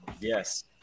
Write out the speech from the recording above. yes